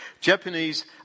Japanese